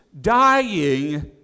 dying